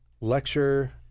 lecture